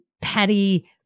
petty